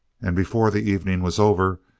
and before the evening was over,